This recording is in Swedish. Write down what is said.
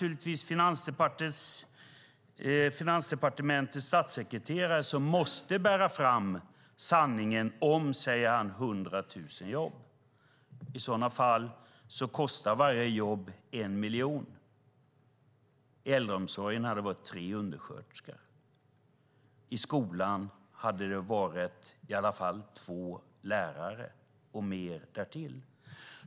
Givetvis måste Finansdepartementets statssekreterare bära fram sanningen om 100 000 jobb. I så fall kostar varje jobb 1 miljon. I äldreomsorgen hade det varit tre undersköterskor. I skolan hade det varit åtminstone två lärare och mer därtill.